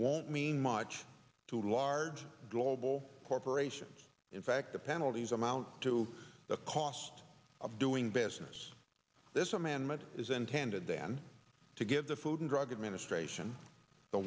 won't mean much to large global corporations in fact the penalties amount to the cost of doing business this amendment is intended then to give the food and drug administration the